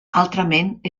altrament